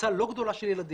לקבוצה לא גדולה של ילדים,